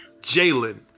Jalen